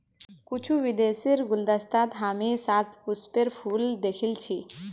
कुछू विदेशीर गुलदस्तात हामी शतपुष्पेर फूल दखिल छि